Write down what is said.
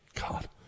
God